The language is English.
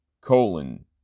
colon